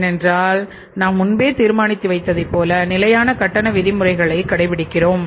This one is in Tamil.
ஏனென்றால் நாம் முன்பே தீர்மானித்து வைத்ததைப் போல நிலையான கட்டண விதிமுறைகளை கடைபிடிக்கிறோம்